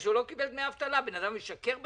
התשס"ה-2005, כך שאחרי סעיף קטן (ב3) יבוא: "(ב4)